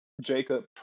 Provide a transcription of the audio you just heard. Jacob